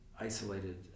isolated